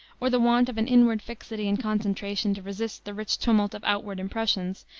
or the want of an inward fixity and concentration to resist the rich tumult of outward impressions,